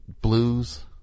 blues